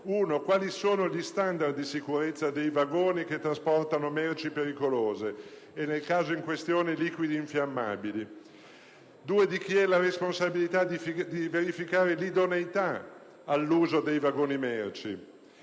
quali sono gli standard di sicurezza dei vagoni che trasportano merci pericolose e, come nel caso in questione, liquidi infiammabili. Secondo: di chi è la responsabilità di verificare l'idoneità all'uso dei vagoni merci.